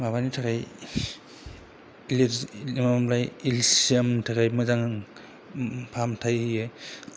माबानि थाखाय केलसियाम नि थााखाय मोजां फाहामथाय होयो